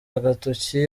agatoki